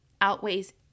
outweighs